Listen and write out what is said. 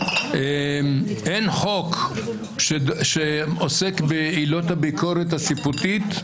אין חוק שעוסק בעילות הביקורת השיפוטית,